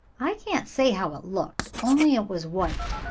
i can't say how it looked, only it was white.